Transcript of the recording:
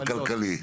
על כלכלי.